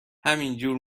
همینجور